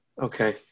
Okay